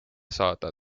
saada